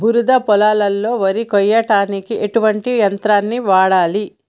బురద పొలంలో వరి కొయ్యడానికి ఎటువంటి యంత్రాన్ని వాడాలి?